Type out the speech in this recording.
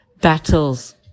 battles